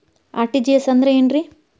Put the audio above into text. RTGS ಅಂದ್ರ ಏನ್ರಿ?